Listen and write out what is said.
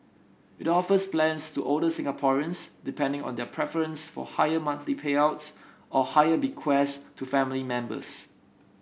it offers plans to older Singaporeans depending on their preference for higher monthly payouts or higher bequests to family members